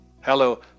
Hello